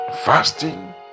fasting